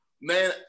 man